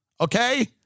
okay